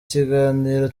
kiganiro